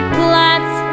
plants